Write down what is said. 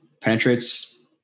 Penetrates